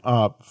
up